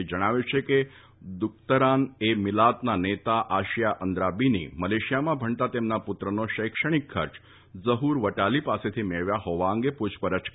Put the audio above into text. એ જણાવ્યું છે કે દુકતરાન એ મિલાતના નેતા આશિયા અંદ્રાબીની મલેશિયામાં ભણતા તેમના પુત્રનો શૈક્ષણિક ખર્ચ ઝઠ્ઠર વટાલી પાસેથી મેળવ્યા હોવા અંગે પુછપરછ કરાઈ હતી